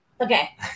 Okay